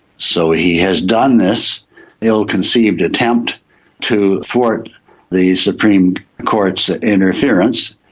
so he has done this ill-conceived attempt to thwart the supreme court's interference,